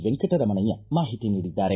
ವೆಂಕಟರಮಣಯ್ಯ ಮಾಹಿತಿ ನೀಡಿದ್ದಾರೆ